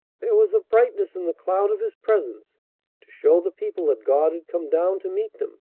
there was a brightness in the cloud of his presence to show the people that god had come down to meet them.